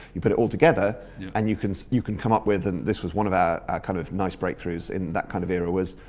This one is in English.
you put it all together and you can you can come up with and this was one of our kind of nice breakthroughs in that kind of era was,